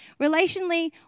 relationally